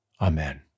Amen